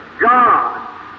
God